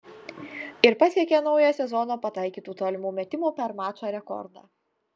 ir pasiekė naują sezono pataikytų tolimų metimų per mačą rekordą